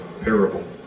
parable